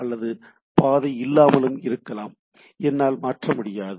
அல்லது பாதை இல்லாமலும் இருக்கலாம் என்னால் மாற்ற முடியாது